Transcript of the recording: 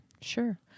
Sure